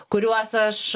kuriuos aš